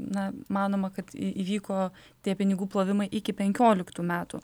na manoma kad į įvyko tie pinigų plovimai iki penkioliktų metų